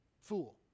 Fool